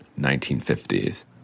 1950s